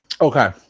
Okay